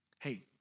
hey